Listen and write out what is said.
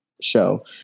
show